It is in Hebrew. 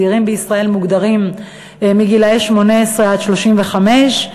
צעירים בישראל מוגדרים מגיל 18 עד גיל 35,